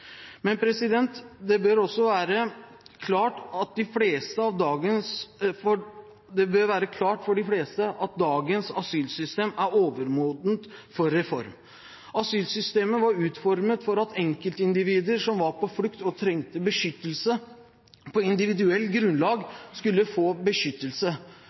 Men det bør også være klart for de fleste at dagens asylsystem er overmodent for reform. Asylsystemet var utformet for at enkeltindivider som var på flukt og trengte beskyttelse på individuelt grunnlag, skulle få beskyttelse.